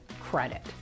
credit